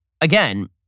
again